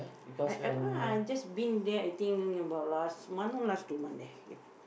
I I want I just been there I think about last month or last two month there ya